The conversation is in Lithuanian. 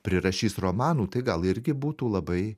prirašys romanų tai gal irgi būtų labai